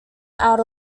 out